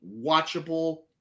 watchable